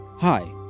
Hi